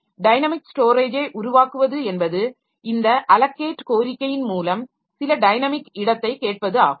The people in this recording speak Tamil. டைனமிக் ஸ்டோரேஜை உருவாக்குவது என்பது இந்த அலோகேட் கோரிக்கையின் மூலம் சில டைனமிக் இடத்தைக் கேட்பது ஆகும்